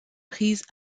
prises